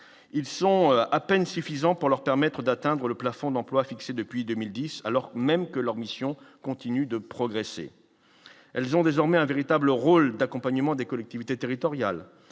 ils sont à peine suffisants pour leur permettre d'atteindre le plafond d'emplois fixes depuis 2010, alors même que leur mission continue de progresser : elles ont désormais un véritable rôle d'accompagnement des collectivités territoriales,